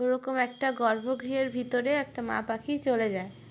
ওরকম একটা গর্ভগৃহের ভিতরে একটা মা পাখি চলে যায়